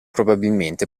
probabilmente